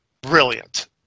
Brilliant